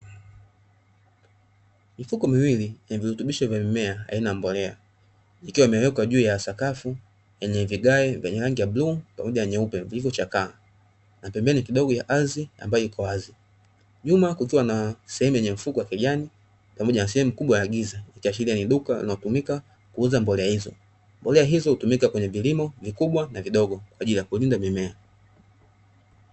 Mifuko miwili yenye virutubisho vya mimea aina ya mbolea, vikiwa vimewekwa juu ya sakafu yenye vigae venye rangi ya bluu pamoja na nyeupe vilivyo chakaa na pembeni kidogo ya ardhi ambayo iko wazi. Nyuma kukiwa na sehemu yenye mfuko wa kijani pamoja na sehemu kubwa ya giza ikiashiria ni duka linalotumika kuuza mbolea hizo. Mbolea hizo hutumika kwenye vilimo vikubwa na vidogo kwa ajili ya kulinda mimea.